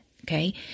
Okay